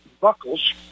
Buckles